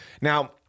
Now